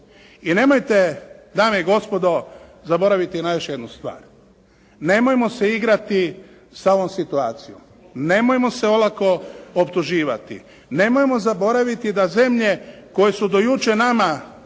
I nemojte, dame i gospodo, zaboraviti na još jednu stvar. Nemojmo se igrati sa ovom situacijom, nemojmo se olako optuživati. Nemojmo zaboraviti da zemlje koje su do jučer nama